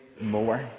more